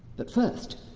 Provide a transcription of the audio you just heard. but first,